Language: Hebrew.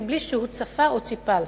מבלי שהוא צפה או ציפה לה.